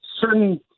certain